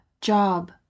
job